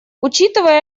учитывая